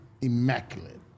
immaculate